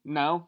no